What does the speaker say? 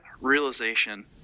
realization